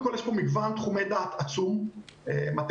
יש פה מגוון תחומי דעת עצום :מתמטיקה,